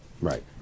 Right